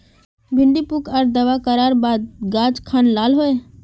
भिन्डी पुक आर दावा करार बात गाज खान लाल होए?